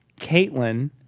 Caitlin